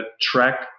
track